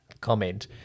comment